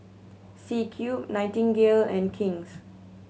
C Cube Nightingale and King's